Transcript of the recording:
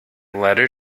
letter